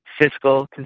fiscal